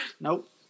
Nope